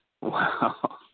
Wow